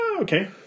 okay